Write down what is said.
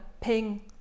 Ping